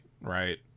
right